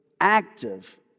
active